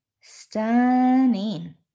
stunning